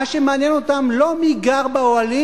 מה שמעניין אותם זה לא מי גר באוהלים,